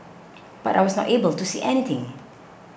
but I was not able to see anything